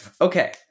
Okay